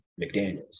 McDaniels